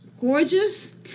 gorgeous